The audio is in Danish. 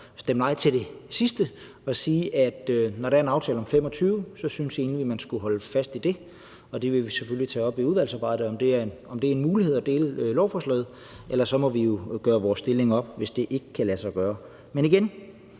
stemme nej til den sidste del og sige, at når der er en aftale om udfasning i 2025, skal man holde fast i det, og vi vil selvfølgelig tage op i udvalgsarbejdet, om det er en mulighed at dele lovforslaget. Ellers må vi jo gøre vores stilling op, hvis det ikke kan lade sig gøre. Men igen